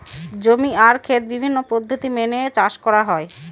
জমি আর খেত বিভিন্ন পদ্ধতি মেনে চাষ করা হয়